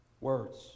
words